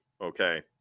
okay